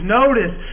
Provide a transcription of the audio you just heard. notice